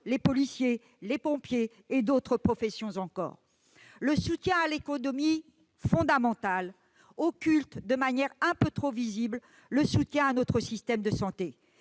les policiers, les pompiers, et d'autres professions encore. Le soutien à l'économie, fondamental, occulte de manière un peu trop manifeste le soutien à notre système de santé.